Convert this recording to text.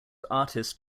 artist